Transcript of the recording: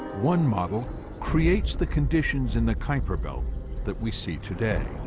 one model creates the conditions in the kuiper belt that we see today.